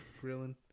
grilling